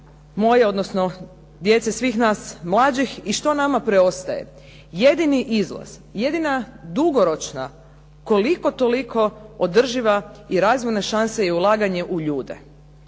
moje, odnosno djece svih nas mlađih i što nama preostaje? Jedini izlaz, jedina dugoročna koliko-toliko održiva i razvojna šansa je ulaganje u ljude.